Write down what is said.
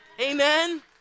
Amen